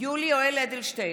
יולי יואל אדלשטיין,